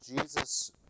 Jesus